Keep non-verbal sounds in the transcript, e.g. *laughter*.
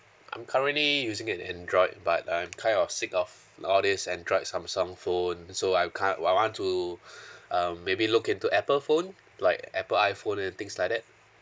I'm currently using an android but I'm kind of sick of all this android samsung phone so I kind I I want to *breath* um maybe look into apple phone like apple iphone and things like that